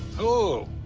oh,